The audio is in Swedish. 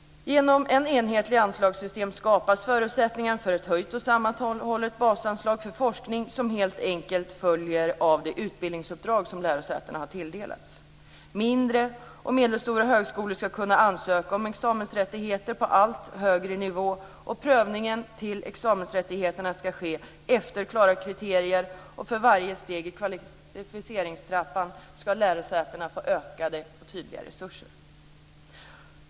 Genom ett enhetligt anslagssystem skapas förutsättningar för ett höjt och sammanhållet basanslag för forskning som helt enkelt följer av det utbildningsuppdrag som lärosätena har tilldelats. Mindre och medelstora högskolor ska kunna ansöka om examensrättigheter på allt högre nivå, och prövningen till examensrättigheterna ska ske efter klara kriterier. För varje steg i kvalificeringstrappan ska lärosätena få ökade, tydliga resurser.